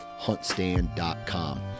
huntstand.com